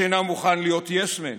שאינו מוכן להיות יס-מן?